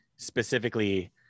specifically